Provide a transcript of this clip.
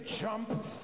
jump